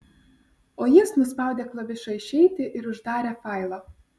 o jis nuspaudė klavišą išeiti ir uždarė failą